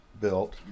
built